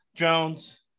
Jones